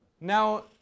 Now